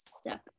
step